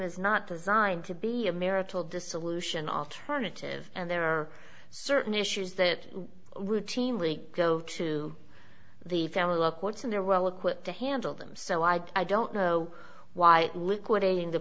is not designed to be a marital dissolution alternative and there are certain issues that routinely go to the family look what's in there well equipped to handle them so i don't know why liquidating the